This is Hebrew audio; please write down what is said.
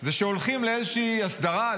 זה שהולכים לאיזושהי הסדרה,